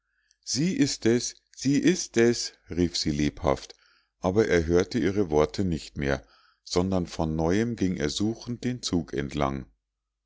sie ist es sie ist es rief sie lebhaft aber er hörte ihre worte nicht mehr sondern von neuem ging er suchend den zug entlang